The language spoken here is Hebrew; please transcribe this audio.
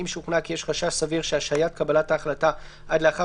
אם שוכנע כי יש חשש סביר שהשהיית קבלת ההחלטה עד לאחר